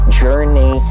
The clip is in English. journey